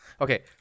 Okay